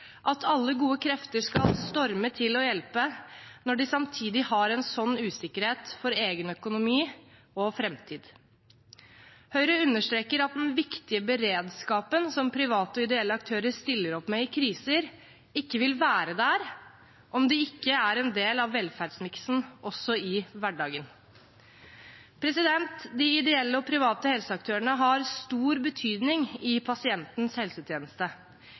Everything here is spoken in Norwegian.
at alle gode krefter skal storme til og hjelpe når man samtidig har en sånn usikkerhet for egen økonomi og framtid. Høyre understreker at den viktige beredskapen som private og ideelle aktører stiller opp med i kriser, ikke vil være der om den ikke er en del av velferdsmiksen også i hverdagen. De ideelle og private helseaktørene har stor betydning i pasientens helsetjeneste.